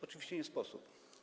Oczywiście nie sposób.